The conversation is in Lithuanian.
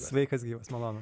sveikas gyvas malonu